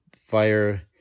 fire